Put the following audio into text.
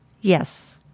Yes